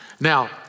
Now